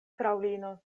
fraŭlino